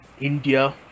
India